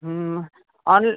on